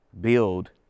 build